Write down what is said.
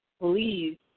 please